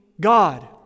God